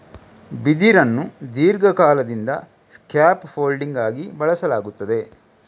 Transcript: ಬಿದಿರನ್ನು ದೀರ್ಘಕಾಲದಿಂದ scaffolding ಆಗಿ ಬಳಸಲಾಗುತ್ತದೆ